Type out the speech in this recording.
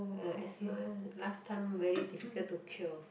ah asthma last time very difficult to cure